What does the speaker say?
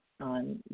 on